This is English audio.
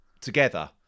together